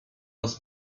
raz